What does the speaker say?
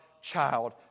Child